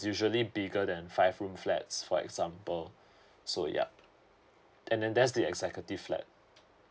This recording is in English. usually bigger than five room flats for example so yeah and then there's the executive flat